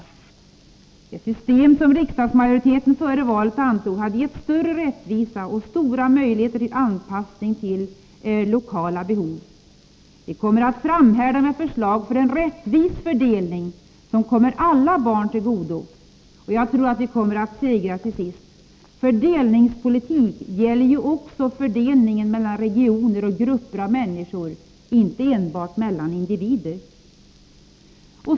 Det system som riksdagsmajoriteten före valet antog hade gett större rättvisa och stora möjligheter till anpassning till lokala behov. Vi kommer att framhärda med förslag för en rättvis fördelning som kommer alla barn till godo. Och jag tror att vi kommer att segra till sist. Fördelningspolitik gäller ju också fördelningen mellan regioner och grupper av människor, inte enbart mellan individer.